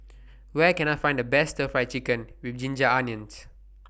Where Can I Find The Best Stir Fried Chicken with Ginger Onions